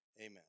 amen